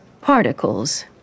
particles